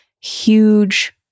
huge